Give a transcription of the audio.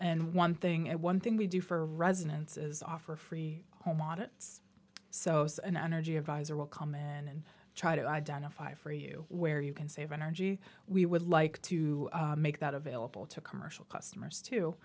and one thing and one thing we do for residents is offer free home audits so an energy advisor will come in try to identify for you where you can save energy we would like to make that available to commercial customers too